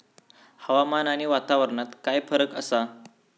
हवामान आणि वातावरणात काय फरक असा?